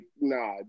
nah